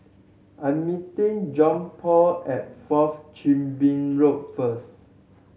I am meeting Johnpaul at Fourth Chin Bee Road first